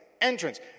entrance